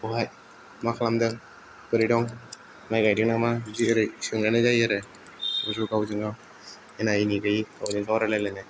बहाय मा खालामदों बोरै दं माइ गायदों नामा बिदि जेरै सोंलायनाय जायो आरो बिदि गावजोंगाव एना एनि गैयै गावजोंगाव रायलाय लायनाय